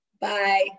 Bye